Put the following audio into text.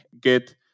get